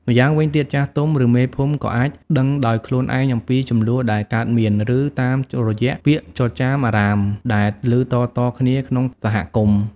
ម្យ៉ាងវិញទៀត ចាស់ទុំ ឬមេភូមិក៏អាចដឹងដោយខ្លួនឯងអំពីជម្លោះដែលកើតមាន ឬតាមរយៈពាក្យចចាមអារ៉ាមដែលឮតៗគ្នាក្នុងសហគមន៍។